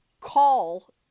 call